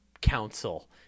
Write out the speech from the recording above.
council